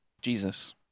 Jesus